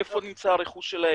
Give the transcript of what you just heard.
איפה נמצא הרכוש שלהם,